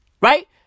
Right